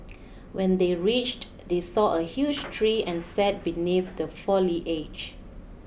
when they reached they saw a huge tree and sat beneath the foliage